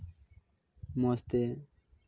ᱢᱚᱡᱽ ᱛᱮ